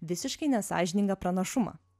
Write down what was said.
visiškai nesąžiningą pranašumą